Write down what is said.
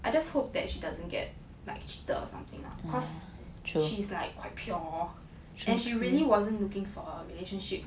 I just hope that she doesn't get like cheated or something lah cause she is like quite pure and she really wasn't looking for a relationship